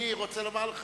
אני רוצה לומר לך